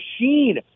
machine